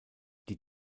die